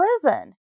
prison